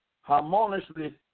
harmoniously